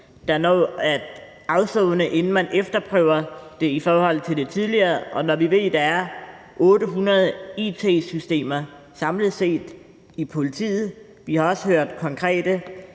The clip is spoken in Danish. der når at afsone, inden man efterprøver det i forhold til det tidligere, og når vi ved, at der samlet set er 800 it-systemer i politiet. Vi har også hørt et konkret